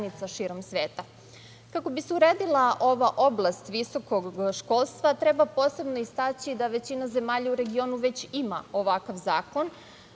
zajednica širom sveta. Kako bi se uredila ova oblast visokog školstva, treba posebno istaći da većina zemalja u regionu već ima ovakav zakon.